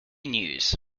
news